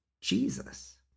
Jesus